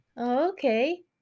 Okay